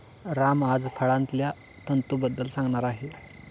राम आज फळांतल्या तंतूंबद्दल सांगणार आहे